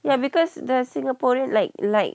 ya because they're singaporean like like